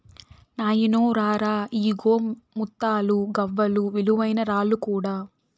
నాయినో రా రా, ఇయ్యిగో ముత్తాలు, గవ్వలు, విలువైన రాళ్ళు కూడా